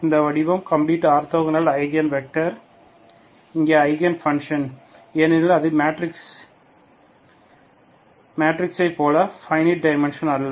அந்த வடிவம் complete orthogonal eigen vector இங்கே ஐகன் பன்ஷன் ஏனெனில் அது மெட்ரிக்சை போல பைனிட் டைமன்சன் அல்ல